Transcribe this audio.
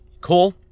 Cool